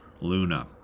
Luna